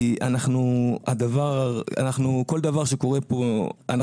כל דבר שקורה פה,